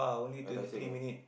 ya Tai Seng